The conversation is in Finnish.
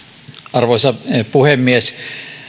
arvoisa puhemies